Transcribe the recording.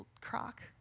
crock